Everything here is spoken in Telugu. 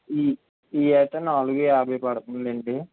ఈ ఇవి అయితే నాలుగు యాభై పడుతుందండి